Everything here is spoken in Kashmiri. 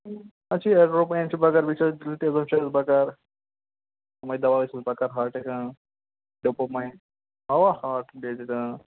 اَسہِ چھُ یہِ ایٹروپاین چھُ بکار بییہِ چھُ اَسہِ ڈی ٹریلر چھُ اَسہِ بکار یِماے دوا ٲسۍ مےٚ بکار ہاٹٕکۍ ٲں لوپومایٕڈ اوا ہاٹ رِلیٹِڑ اۭں